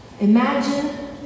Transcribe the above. Imagine